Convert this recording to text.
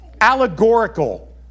Allegorical